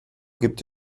gibt